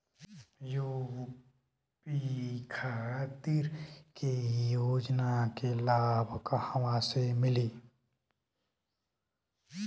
UP खातिर के योजना के लाभ कहवा से मिली?